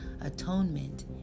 Atonement